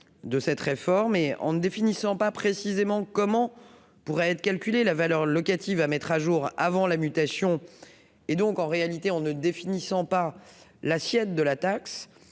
de cette réforme est en définissant pas précisément comment pourrait être calculé la valeur locative à mettre à jour avant la mutation et donc en réalité on ne définissant pas l'assiette de la taxe